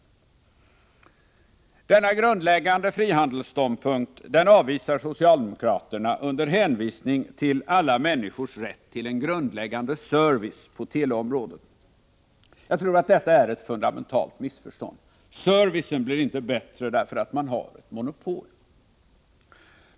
Denna grundläggande frihetsståndpunkt avvisar socialdemokraterna under hänvisning till alla människors rätt till en grundläggande service på teleområdet. Jag tror att detta är ett fundamentalt missförstånd. Servicen blir inte bättre därför att man har ett monopol.